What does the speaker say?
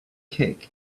kick